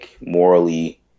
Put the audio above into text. morally